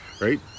Right